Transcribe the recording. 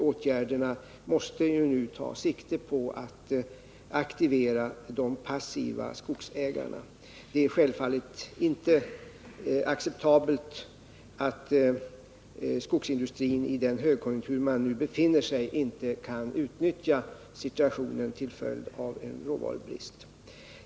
Åtgärderna måste nu ta sikte på att aktivera de passiva skogsägarna. Det är självfallet inte acceptabelt att skogsindustrin i den nuvarande högkonjunkturen inte kan utnyttja situationen till följd av en råvarubrist.